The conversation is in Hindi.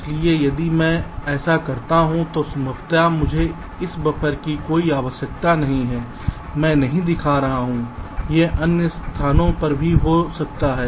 इसलिए यदि मैं ऐसा करता हूं तो संभवत मुझे इस बफर की कोई आवश्यकता नहीं है मैं नहीं दिखा रहा हूं यह अन्य स्थानों पर भी हो सकता है